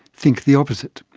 think the opposite.